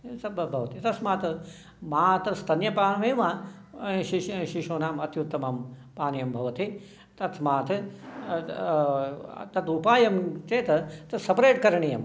भवति तस्मात् मातुः स्तन्यपानमेव शिशूनाम् अत्युतमं पानीयं भवति तस्मात् तत् उपायं चेत् तदत् सपरेट् करणीयं